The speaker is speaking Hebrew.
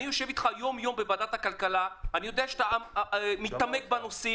אני יושב איתך יום-יום בוועדת הכלכלה ואני יודע שאתה מתעמק בנושאים.